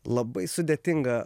labai sudėtinga